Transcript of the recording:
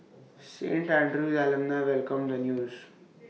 Saint Andrew's alumni welcomed the news